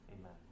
Amen